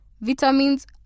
vitamins